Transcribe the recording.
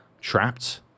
trapped